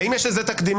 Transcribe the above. האם יש לזה תקדימים.